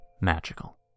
magical